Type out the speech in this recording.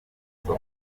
isoko